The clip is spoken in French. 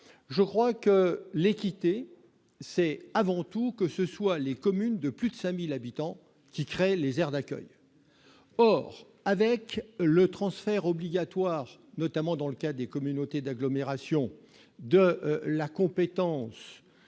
des raisons d'équité, il revient avant tout aux communes de plus de 5 000 habitants de créer des aires d'accueil. Or, avec le transfert obligatoire, notamment dans le cas des communautés d'agglomération, de la compétence